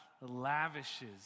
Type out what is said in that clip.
lavishes